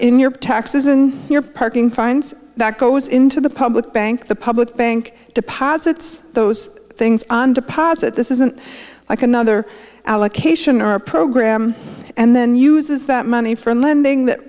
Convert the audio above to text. in your taxes in your parking fines that goes into the public bank the public bank deposits those things on deposit this isn't like another allocation our program and then uses that money for lending that